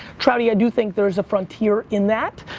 trouty, i do think there's a frontier in that.